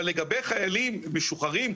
אבל לגבי חיילים משוחררים,